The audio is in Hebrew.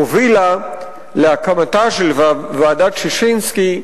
הובילה להקמתה של ועדת-ששינסקי,